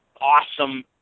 awesome